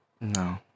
no